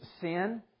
sin